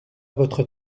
votre